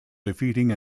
defeating